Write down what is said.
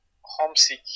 homesick